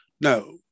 No